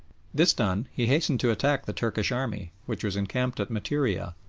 this done, he hastened to attack the turkish army, which was encamped at materiah,